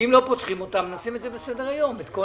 אם לא פותחים אותם, נשים אותם על סדר-היום, את כל